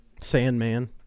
Sandman